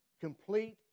complete